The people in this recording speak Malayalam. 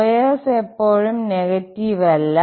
സ്ക്വയർസ് എപ്പോഴും നെഗറ്റീവ് അല്ല